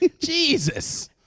Jesus